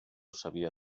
sabia